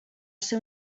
ser